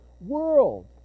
world